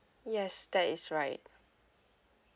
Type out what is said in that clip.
yes that is right